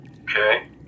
Okay